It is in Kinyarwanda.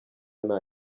nta